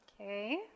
okay